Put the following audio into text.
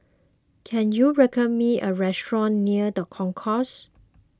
can you recommend me a restaurant near the Concourse